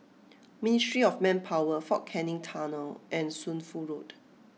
Ministry of Manpower Fort Canning Tunnel and Shunfu Road